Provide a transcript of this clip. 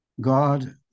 God